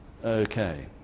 Okay